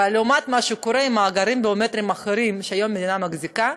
אבל לעומת מה שקורה עם מאגרים ביומטריים אחרים שהיום המדינה מחזיקה,